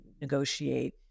negotiate